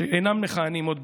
שאינם מכהנים עוד בכנסת,